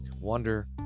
wonder